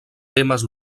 temes